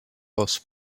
was